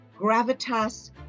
gravitas